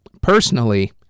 Personally